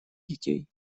детей